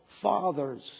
fathers